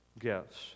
gifts